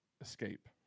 escape